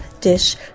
Dish